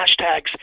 hashtags